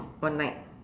one night